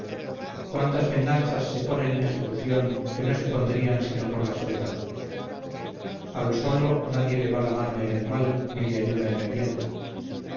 cuántas venganzas se ponen en ejecución que no se pondrían sino por la soledad al solo nadie le va la mano en el mal ni le ayuda en el bien